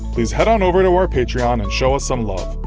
please head on over to our patreon and show us some love.